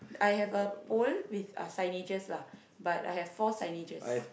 I have a pole with a signage but I have four signage